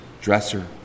dresser